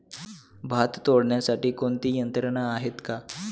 भात तोडण्यासाठी कोणती यंत्रणा आहेत का?